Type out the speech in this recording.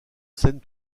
scène